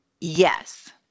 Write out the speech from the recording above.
Yes